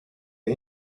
you